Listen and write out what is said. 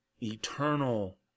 eternal